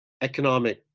economic